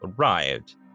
arrived